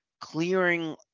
clearing